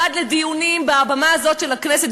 ועד לדיונים בבמה הזאת של הכנסת,